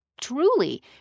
truly